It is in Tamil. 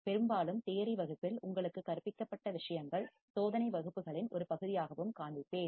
பெரும்பாலும் தியரி வகுப்பில் உங்களுக்கு கற்பிக்கப்பட்ட விஷயங்கள் சோதனை வகுப்புகளின் ஒரு பகுதியாகவும் காண்பிப்பேன்